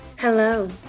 Hello